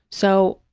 so,